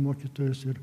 mokytojus ir